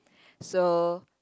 so